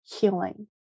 healing